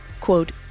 quote